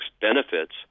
benefits